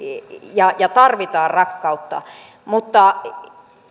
ja ja tarvitaan rakkautta mutta